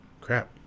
Crap